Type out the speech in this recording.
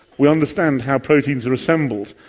we understand how proteins are assembled,